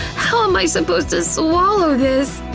how am i supposed to swallow this?